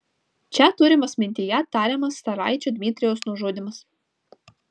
čia turimas mintyje tariamas caraičio dmitrijaus nužudymas